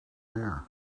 there